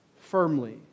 firmly